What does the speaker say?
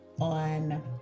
on